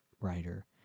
writer